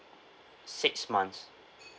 six months